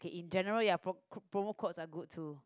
'kay in general ya pro~ c~ promo codes are good to